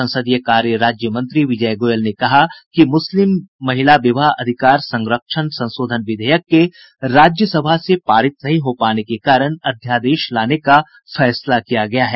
संसदीय कार्य राज्यमंत्री विजय गोयल ने कहा कि मुस्लिम महिला विवाह अधिकार संरक्षण संशोधन विधेयक के राज्यसभा से पारित नहीं हो पाने के कारण अध्यादेश लाने का फैसला किया गया है